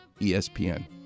ESPN